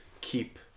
keep